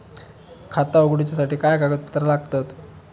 खाता उगडूच्यासाठी काय कागदपत्रा लागतत?